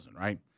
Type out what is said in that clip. right